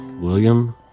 William